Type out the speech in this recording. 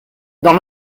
dans